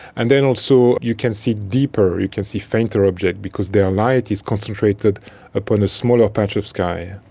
and then also you can see deeper, you can see fainter objects because their light is concentrated upon a smaller patch of sky.